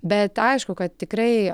bet aišku kad tikrai